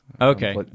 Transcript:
Okay